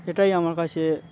এটাই আমার কাছে